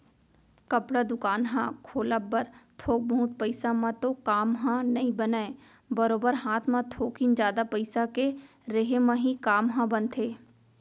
कपड़ा दुकान ह खोलब बर थोक बहुत पइसा म तो काम ह नइ बनय बरोबर हात म थोकिन जादा पइसा के रेहे म ही काम ह बनथे